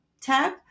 tab